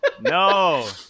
No